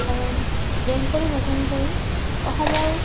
কাৰণ জেংকৰি মেজেংকৰি অসমৰ